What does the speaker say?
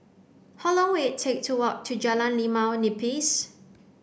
how long will take to walk to Jalan Limau Nipis